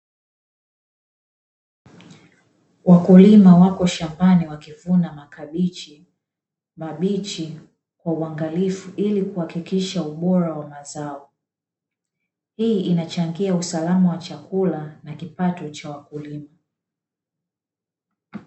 Wakulima wako shambani wakivuna makabichi mabichi kwa uangalifu ili kuhakikisha ubora wa mazao. Hii inachangia usalama wa chakula na kipato cha wakulima.